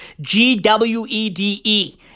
G-W-E-D-E